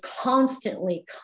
constantly